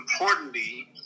importantly